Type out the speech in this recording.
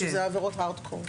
שאלו עבירות הארד-קור.